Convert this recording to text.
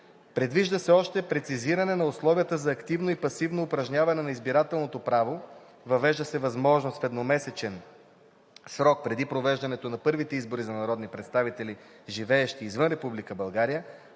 Предвижда се още прецизиране на условията за активното и пасивното упражняване на избирателното право, въвежда се възможност в едномесечен срок преди провеждането на първите избори за народни представители, живеещи извън Република България,